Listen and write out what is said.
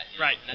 Right